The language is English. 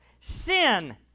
sin